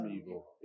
evil